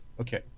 Okay